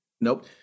Nope